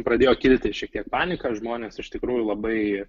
pradėjo kilti šiek tiek panika žmonės iš tikrųjų labai